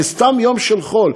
בסתם יום של חול,